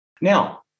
Now